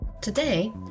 Today